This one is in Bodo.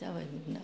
जाबाय गोनदां